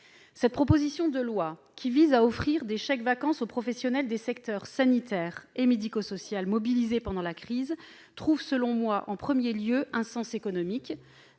Ce texte, qui vise à offrir des chèques-vacances aux professionnels des secteurs sanitaire et médico-social mobilisés pendant la crise, trouve selon moi, en premier lieu, un sens économique